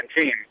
team